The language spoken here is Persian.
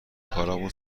کارامون